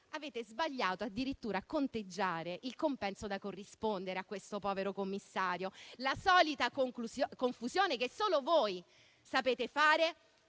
avete sbagliato addirittura a conteggiare il compenso da corrispondere a questo povero commissario: la solita confusione che solo voi sapete fare